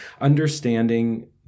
understanding